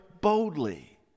boldly